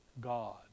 god